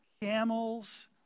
Camels